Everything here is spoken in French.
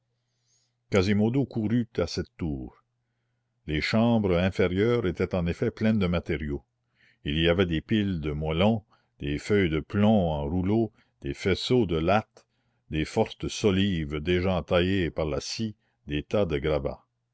quasimodo courut à cette tour les chambres inférieures étaient en effet pleines de matériaux il y avait des piles de moellons des feuilles de plomb en rouleaux des faisceaux de lattes de fortes solives déjà entaillées par la scie des tas de gravats